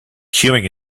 queuing